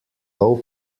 low